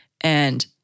And-